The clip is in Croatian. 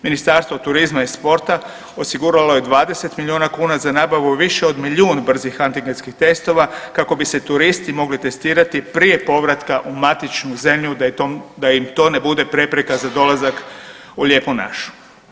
Ministarstvo turizma i sporta osiguralo je 20 miliona kuna za nabavu više od milijun brzih antigenskih testova kako bi se turisti mogli testirati prije povratka u matičnu zemlju da im to ne bude prepreka za dolazak u lijepu našu.